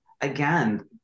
again